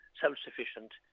self-sufficient